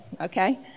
okay